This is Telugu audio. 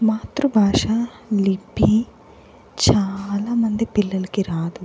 మాతృభాష లిపి చాలామంది పిల్లలకి రాదు